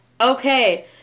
Okay